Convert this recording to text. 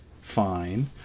fine